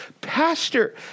Pastor